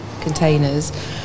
containers